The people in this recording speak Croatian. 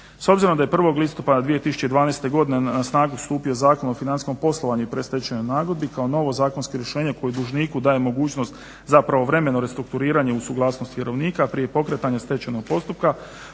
S obzirom da je 1. listopada 2012. godine na snagu stupio Zakon o financijskom poslovanju i pred stečajnoj nagodbi kao novo zakonsko rješenje koje dužniku daje mogućnost za pravovremeno restrukturiranje uz suglasnost vjerovnika prije pokretanja stečajnog postupka